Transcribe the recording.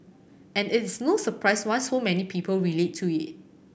and it is no surprise why so many people relate to it